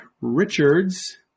Richards